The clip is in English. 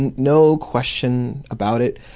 and no question about it.